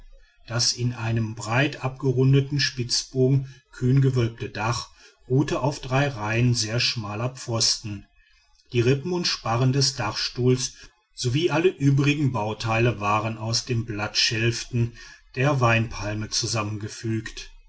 das in einem breit abgerundeten spitzbogen kühn gewölbte dach ruhte auf drei reihen sehr schmaler pfosten die rippen und sparren des dachstuhls sowie alle übrigen bauteile waren aus den blattschäften der weinpalme zusammengefügt